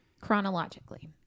Chronologically